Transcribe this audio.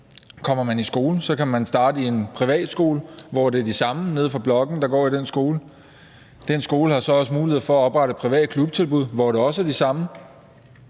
kommer man i skole, og så kan man starte i en privatskole, hvor det er de samme nede fra blokken, der går dér. Den skole har så også mulighed for at oprette et privat klubtilbud, hvor der også går de samme